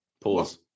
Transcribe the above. pause